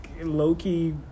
low-key